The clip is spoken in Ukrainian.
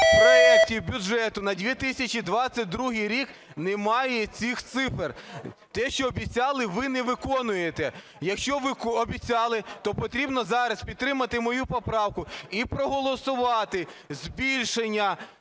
проекті бюджету на 2022 рік немає цих цифр. Те, що обіцяли, ви не виконуєте. Якщо ви обіцяли, то потрібно зараз підтримати мою поправку і проголосувати збільшення